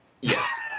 yes